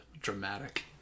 dramatic